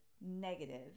negative